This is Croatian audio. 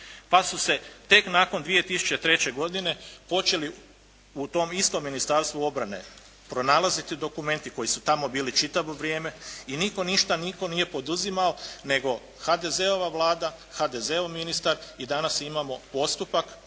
pa su se tek nakon 2003. godine počeli u tom istom Ministarstvu obrane pronalaziti dokumenti koji su tamo bili čitavo vrijeme i nitko ništa, nitko nije poduzimao nego HDZ-ova vlada, HDZ-ov ministar i danas imamo postupak